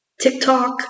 TikTok